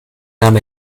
nahm